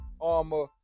armor